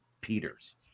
Peters